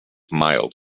mild